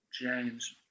James